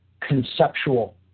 conceptual